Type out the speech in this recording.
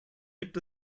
gibt